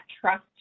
trust